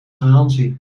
garantie